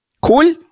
Cool